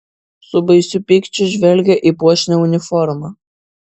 su baisiu pykčiu žvelgė į puošnią uniformą